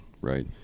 right